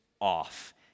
off